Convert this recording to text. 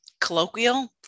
colloquial